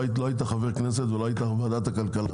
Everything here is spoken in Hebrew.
היית חבר כנסת ולא היית בוועדת הכלכלה,